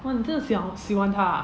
!wah! 你真的小喜欢她 ah